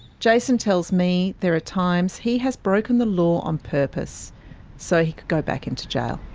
jason tells me there are times he has broken the law on purpose so he could go back into jail.